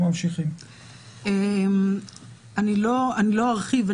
אני לא ארחיב.